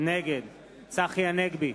נגד צחי הנגבי,